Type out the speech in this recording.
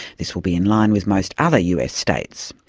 this will be in line with most other us states.